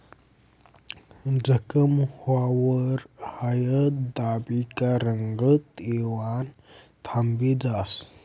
जखम व्हवावर हायद दाबी का रंगत येवानं थांबी जास